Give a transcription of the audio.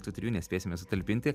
tų trijų nespėsime sutalpinti